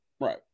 Right